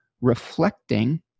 Reflecting